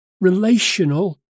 relational